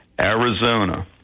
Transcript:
Arizona